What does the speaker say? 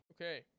Okay